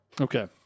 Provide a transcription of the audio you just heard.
Okay